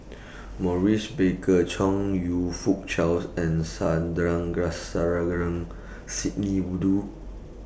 Maurice Baker Chong YOU Fook Charles and Sidney Woodhull